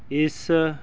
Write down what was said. ਇਸ